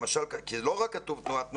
למשל לא רק כתוב תנועת נוער,